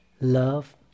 love